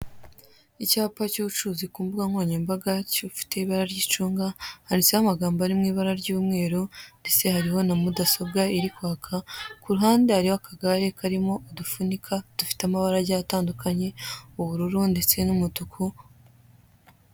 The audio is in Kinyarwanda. Icyapa cy'ubucuruzi ku mbuga nkoranyambaga gifite ibara ry'icunga, handitseho amagambo ari mu ibara ry'umweru ndetse hariho na mudasobwa iri kwaka, ku ruhande hariho akagare karimo udufunika dufite amabara agiye atandukanye ubururu ndetse n'umutuku.